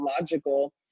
logical